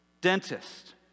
dentist